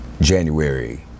January